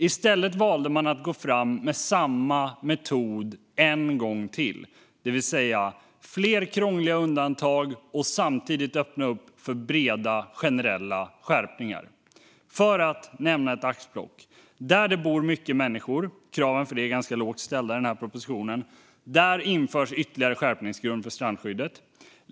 I stället valde partiet att gå fram med samma metod en gång till, det vill säga fler krångliga undantag och att samtidigt öppna för breda generella skärpningar. Jag kan nämna ett axplock. Där det bor mycket människor - och kraven för det är ganska lågt ställda i propositionen - införs en ytterligare skärpningsgrund för strandskyddet.